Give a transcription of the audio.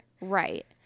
right